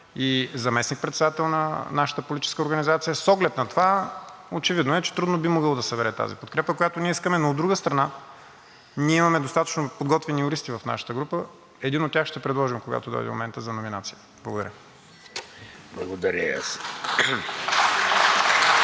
и заместник-председател на нашата политическа организация и с оглед на това очевидно е, че трудно би могъл да събере тази подкрепа, която ние искаме, но от друга страна, ние имаме достатъчно подготвени юристи в нашата група и един от тях ще предложим, когато дойде моментът за номинацията. Благодаря.